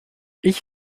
ich